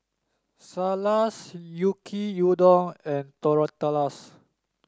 Salsa's Yaki Udon and Tortillas